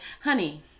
Honey